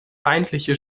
feindliche